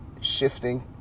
shifting